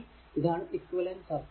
ഇതാണ് equivalent circuit